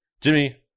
Jimmy